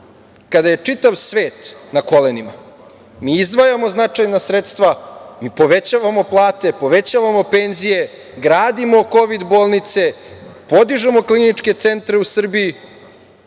kada je čitav svet na kolenima, mi izdvajamo značajna sredstva i povećavamo plate, povećavamo penzije, gradimo kovid-bolnice, podižemo kliničke centre u Srbiji,